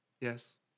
Yes